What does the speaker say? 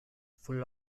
full